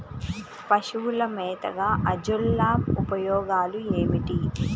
పశువుల మేతగా అజొల్ల ఉపయోగాలు ఏమిటి?